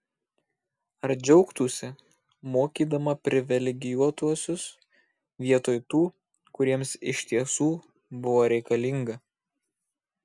ar džiaugtųsi mokydama privilegijuotuosius vietoj tų kuriems iš tiesų buvo reikalinga